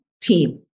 team